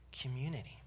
community